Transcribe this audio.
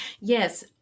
Yes